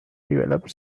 developed